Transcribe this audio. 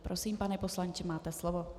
Prosím, pane poslanče, máte slovo.